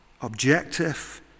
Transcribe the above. objective